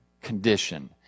condition